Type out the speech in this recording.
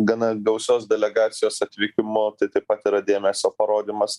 gana gausios delegacijos atvykimo taip pat yra dėmesio parodymas